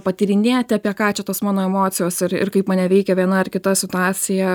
patyrinėti apie ką čia tos mano emocijos ir ir kaip mane veikia viena ar kita situacija